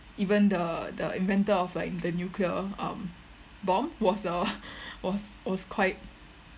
even the the inventor of like the nuclear um bomb was a was was quite